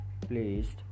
placed